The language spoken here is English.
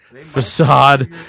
facade